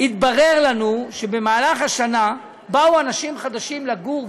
ואז התברר לנו שבמהלך השנה באו אנשים חדשים לגור,